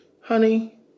honey